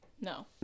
No